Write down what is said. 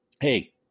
Hey